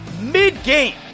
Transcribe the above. mid-game